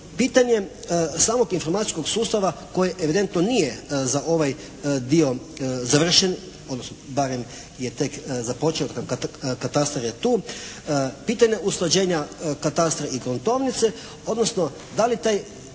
Pitanjem samog informacijskog sustava koje evidentno nije za ovaj dio završen, odnosno barem je tek započeo katastar je tu, pitanje usklađenja katastra i gruntovnice, odnosno da li taj